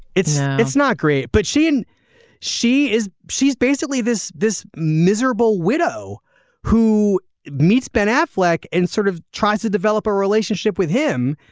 it's it's not great but she and she is she's basically this this miserable widow who meets ben affleck and sort of tries to develop a relationship with him.